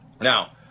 Now